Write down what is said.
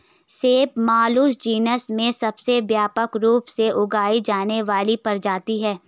सेब Malus genus में सबसे व्यापक रूप से उगाई जाने वाली प्रजाति है